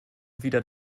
wieder